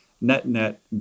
net-net